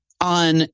on